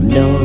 no